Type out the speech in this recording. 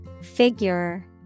Figure